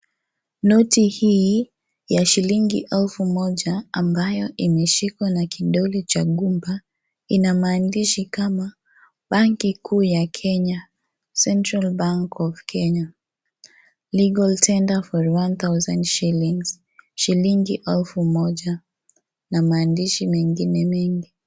Noti hii ya shilingi elfu moja, ambayo imeshikwa na kidole cha gumba ina maandishi kama banki kuu ya Kenya, Central Bank of Kenya, legal tender for one thousand shillings , shilingi elfu moja na maandishi mengine mengi.